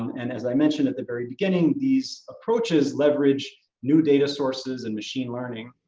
and as i mentioned at the very beginning, these approaches leverage new data sources and machine learning.